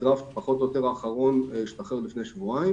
הדרפט פחות או יותר האחרון השתחרר לפני שבועיים